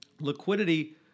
Liquidity